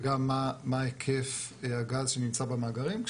וגם מה היקף הגז נמצא במאגרים,